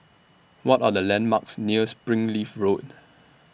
What Are The landmarks near Springleaf Road